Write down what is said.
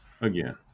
again